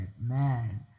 man